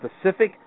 specific